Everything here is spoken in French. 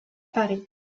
paris